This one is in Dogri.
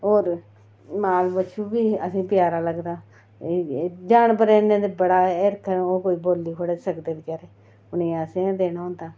होर माल बच्छू बी असेंगी प्यारा लगदा जानवरें कन्नै ते बड़ा गै हिरख ना ओह् कोई बोल्ली थोह्ड़े सकदे बचैरे उ'नेंगी असें के देना होंदा